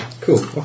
cool